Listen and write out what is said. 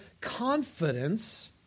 confidence